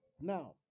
Now